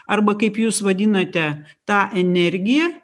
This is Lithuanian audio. arba kaip jūs vadinate tą energiją